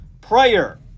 prayer